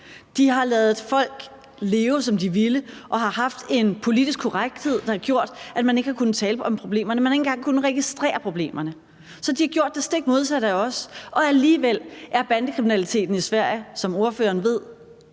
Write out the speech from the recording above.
de har ladet folk leve, som de ville, og haft en politisk korrekthed, der har gjort, at man ikke har kunnet tale om problemerne – man har ikke engang kunnet registrere problemerne. Så de har gjort det stik modsatte af os, og alligevel er bandekriminaliteten i Sverige, som ordføreren ved,